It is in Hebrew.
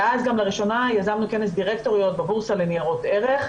ואז גם לראשונה יזמנו כנס דירקטוריות בבורסה לניירות ערך.